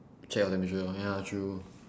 check your temperature ya true